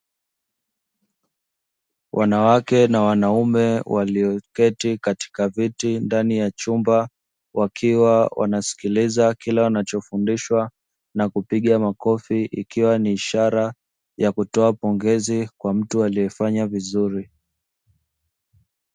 Wanawake na wanaume walioketi katika viti ndani ya chumba, wakiwa wanasikiliza kila wanachofundishwa na kupiga makofi ikiwa ni ishara ya kutoa pongezi kwa mtu aliye fanya vizuri.